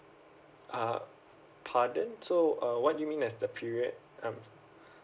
uh pardon so uh what you mean there's the period time